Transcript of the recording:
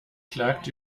klagt